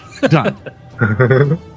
Done